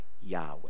Yahweh